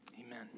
amen